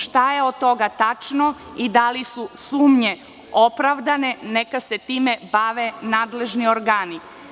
Šta je od toga tačno i da li su sumnje opravdane, neka se time bave nadležni organi.